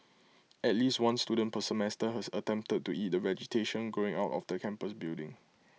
at least one student per semester has attempted to eat the vegetation growing out of the campus building